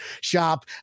shop